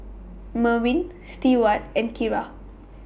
Merwin Stewart and Kira